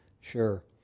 Sure